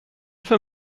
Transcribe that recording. för